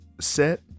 Set